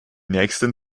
nächsten